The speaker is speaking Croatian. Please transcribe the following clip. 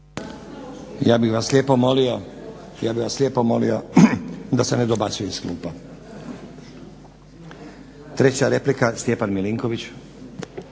Ja bih vas lijepo molio da se ne dobacuje iz klupa. Treća replika, Stjepan Milinković.